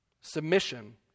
submission